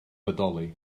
bodoli